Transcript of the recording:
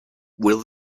will